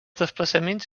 desplaçaments